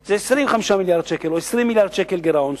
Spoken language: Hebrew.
זה 25 מיליארד שקל או 20 מיליארד שקל גירעון.